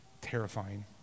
terrifying